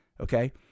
Okay